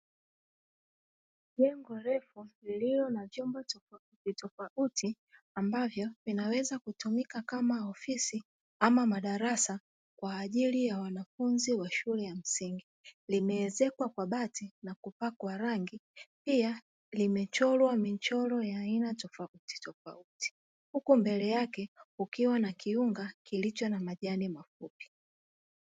Jengo refu lililo na vyumba tofautitofauti ambavyo vinaweza kutumika kama ofisi ama madarasa kwa ajili ya wanafunzi wa shule ya msingi limeezekwa kwa bati na kupakwa rangi. Pia limechorwa michoro ya aina tofautitofauti. Huku mbele yake ukiwa na kiunga kilicho na majani mafupi.